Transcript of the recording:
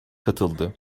katıldı